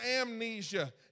amnesia